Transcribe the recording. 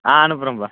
ஆ அனுப்புறேம்பா